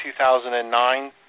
2009